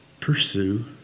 pursue